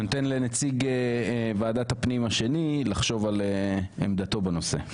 אני נותן לנציג ועדת הפנים השני לחשוב על עמדתו בנושא.